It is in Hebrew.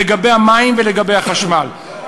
לגבי המים ולגבי החשמל.